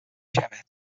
شود